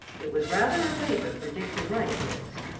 it was rather a labor for dick to write his.